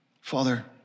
Father